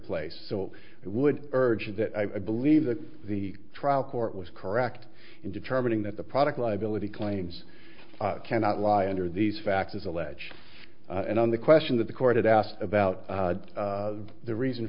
place so it would urge that i believe that the trial court was correct in determining that the product liability claims cannot lie under these facts as alleged and on the question that the court had asked about the reason